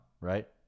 right